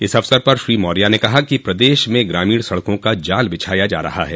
इस अवसर पर श्री मौर्य ने कहा कि प्रदेश में ग्रामीण सड़कों का जाल बिछाया जा रहा है